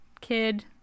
kid